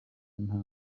nta